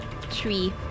Three